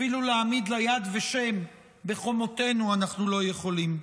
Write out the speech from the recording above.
אפילו להעמיד לה יד ושם בחומותינו אנחנו לא יכולים,